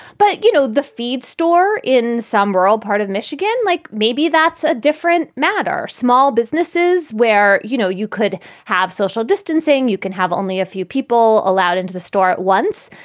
but, you know, the feed store in some rural part of michigan, like maybe that's a different matter. small businesses where, you know, you could have social distancing, you can have only a few people allowed into the store at once.